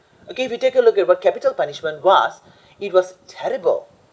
okay we take a look at what capital punishment was it was terrible